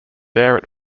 there